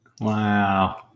Wow